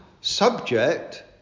subject